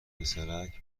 پسرک